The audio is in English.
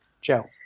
Joe